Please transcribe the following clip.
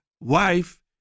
wife